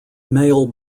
male